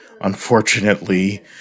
unfortunately